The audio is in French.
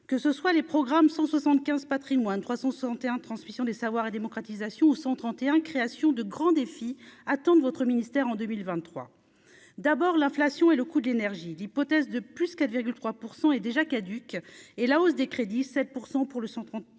que ce soit les programmes 175 patrimoines 361 transmission des savoirs et démocratisation ou 131 création de grands défis attendent votre ministère en 2023 d'abord l'inflation et le coût de l'énergie, l'hypothèse de plus qu'à 3 % et déjà caduque et la hausse des crédits 7 % pour le 133